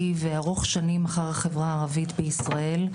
וארוך שנים אחר החברה הערבית בישראל,